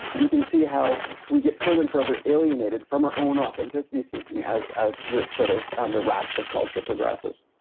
you can see how we get further and further alienated from our own authenticity seeking as as the sort of um the ratchet of culture progresses.